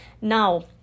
now